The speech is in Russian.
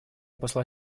посла